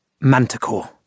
Manticore